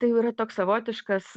tai jau yra toks savotiškas